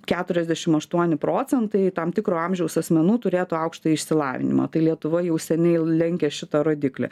keturiasdešim aštuoni procentai tam tikro amžiaus asmenų turėtų aukštąjį išsilavinimą tai lietuva jau seniai lenkia šitą rodiklį